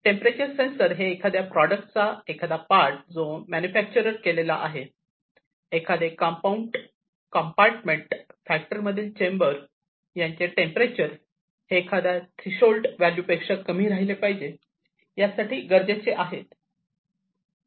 temperature sensor हे एखाद्या product चा एखादा पार्ट जो मॅनिफॅक्चर केलेला आहे एखादे कंपाउंड कंपार्टमेंट फॅक्टरी मधील चेंबर यांचे टेंपरेचर हे एखाद्या थ्रेश होल्ड व्हॅल्यू पेक्षा कमी राहिले पाहिजे यासाठी गरजेची आहे